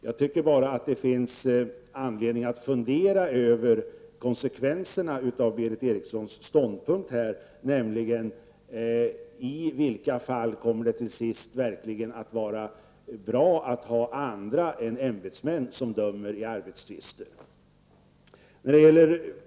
Jag tycker att det finns anledning att fundera över konsekvenserna av Bertih Erikssons ståndpunkt. I vilka fall kommer det till sist att vara bra att ha andra än ämbetsmän som dömer i arbetstvister?